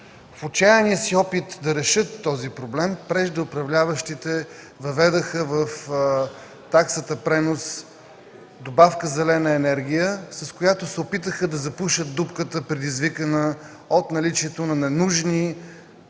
В отчаяния си опит да решат този проблем, преждеуправляващите въведоха в таксата „пренос” добавка „зелена енергия”, с която се опитаха да запушат дупката, предизвикана от наличието на ненужно